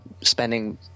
spending